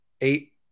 eight